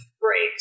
breaks